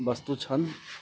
वस्तु छनि